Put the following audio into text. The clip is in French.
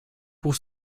pour